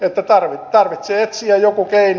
että tarvitsee etsiä joku keino